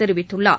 தெரிவித்துள்ளார்